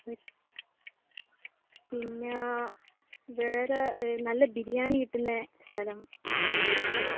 പിന്നെ വേറെ നല്ല ബിരിയാണി കിട്ടുന്ന സ്ഥലം എവിടെയാണെന്നറിയുമോ